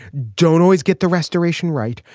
don't always get the restoration right.